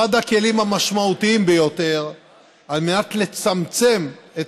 אחד הכלים המשמעותיים ביותר על מנת לצמצם את